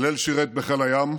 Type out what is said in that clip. הלל שירת בחיל הים,